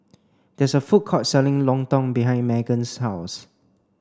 there is a food court selling Lontong behind Magen's house